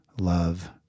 love